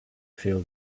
feel